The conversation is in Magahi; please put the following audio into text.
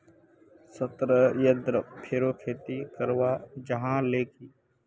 सत्येंद्र फेरो खेती करवा चाह छे की